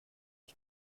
ich